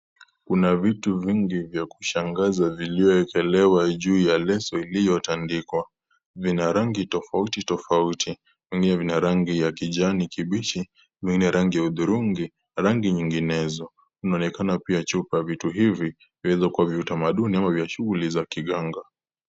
Kuna vitu vingi vya kushangaza viliyowekelewa juu ya leso iliyotandikwa. Vina rangi tofauti tofauti. Vingine vina rangi ya kijani kibichi, vingine rangi ya udhurungi na rangi nyinginezo. Inaonekana pia juu ya vitu hivi, vinaweza kuwa vya utamaduni ama vya shughuli za kiganja.